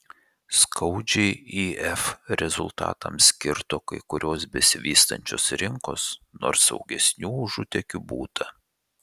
skaudžiai if rezultatams kirto kai kurios besivystančios rinkos nors saugesnių užutėkių būta